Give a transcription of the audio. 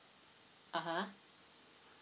(uh huh)